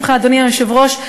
אדוני היושב-ראש,